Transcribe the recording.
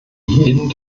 jeden